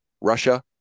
Russia